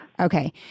Okay